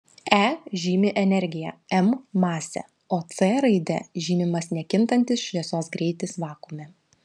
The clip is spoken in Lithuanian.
e žymi energiją m masę o c raide žymimas nekintantis šviesos greitis vakuume